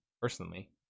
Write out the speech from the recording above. personally